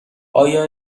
آیا